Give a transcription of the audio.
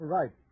Right